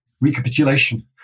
recapitulation